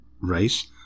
race